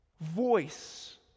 voice